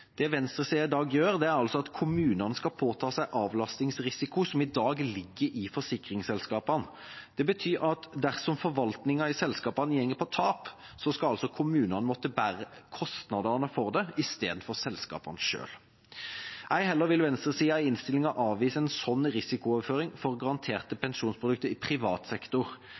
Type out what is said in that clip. Det venstresida i dag gjør, er å vedta at kommunene skal påta seg avlastningsrisiko som i dag ligger i forsikringsselskapene. Det betyr at dersom forvaltningen i selskapene går på tap, skal kommunene måtte bære kostnadene for det – i stedet for selskapene selv. Ei heller vil venstresida i innstillinga avvise en slik risikooverføring for garanterte pensjonsprodukter i privat sektor.